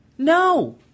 No